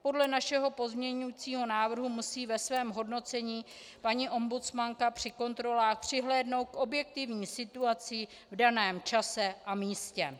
Podle našeho pozměňovacího návrhu musí ve svém hodnocení paní ombudsmanka při kontrolách přihlédnout k objektivní situaci v daném čase a místě.